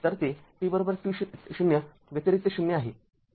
तर ते t t0 व्यतिरिक्त ० आहे